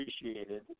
appreciated